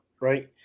Right